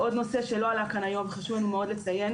עוד נושא שלא עלה כאן היום וחשוב לנו מאוד לציין.